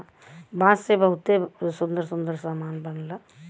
बांस से बहुते सुंदर सुंदर सामान बनला